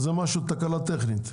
אז זה משהו של תקלה טכנית.